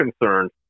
concerned